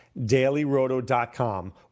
DailyRoto.com